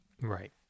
Right